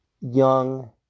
Young